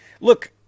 Look